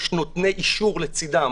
יש נותני אישור לצדם,